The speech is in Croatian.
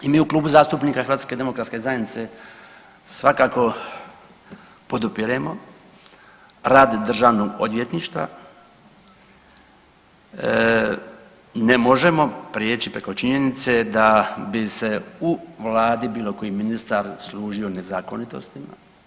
I mi u Klubu zastupnika HDZ-a svakako podupiremo rad državnog odvjetništva, ne možemo prijeći preko činjenice da bi se u vladi bilo koji ministar služio nezakonitostima.